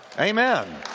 Amen